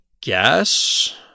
guess